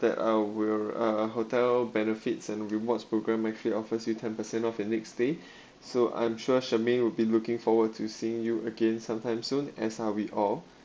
that uh we'll uh hotel benefits and rewards program actually offers you ten percent off the next day so I'm sure shermaine will be looking forward to seeing you again sometime soon as are we all